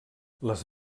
les